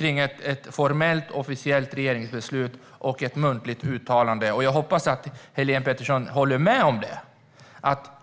mellan ett formellt, officiellt regeringsbeslut och ett muntligt uttalande. Jag hoppas att Helene Petersson håller med om det.